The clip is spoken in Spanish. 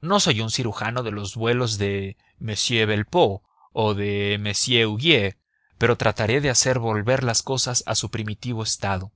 no soy yo un cirujano de los vuelos de m velpeau o de m huguier pero trataré de hacer volver las cosas a su primitivo estado